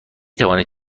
توانید